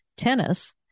tennis